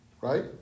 Right